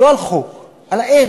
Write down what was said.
לא על חוק, על הערך,